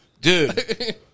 Dude